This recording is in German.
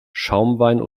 schaumwein